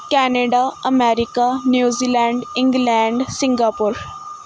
Canada America New Zealand Singapore